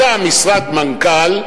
אתה משרת כמנכ"ל,